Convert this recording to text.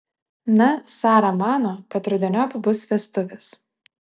na sara mano kad rudeniop bus vestuvės